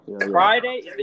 Friday